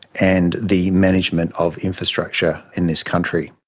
and the management of infrastructure in this country.